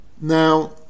Now